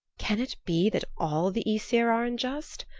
can it be that all the aesir are unjust?